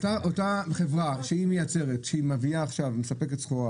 אותה חברה שמייצרת שעכשיו מספקת סחורה